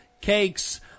cakes